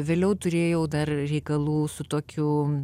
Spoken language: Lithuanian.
vėliau turėjau dar reikalų su tokiu